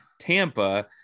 Tampa